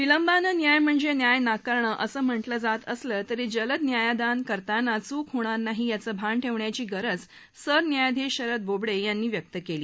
विलंबानं न्याय म्हणजत्माय नाकारण असं म्हटलं जात असलं तरी जलद न्यायदान करताना चूक होणार नाही याचं भान ठद्यियाची गरज सरन्यायाधीश शरद बोबडखींनी व्यक्त कळी